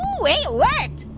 hey, it worked.